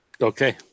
Okay